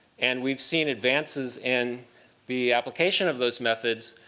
and we've seen advances in the application of those methods.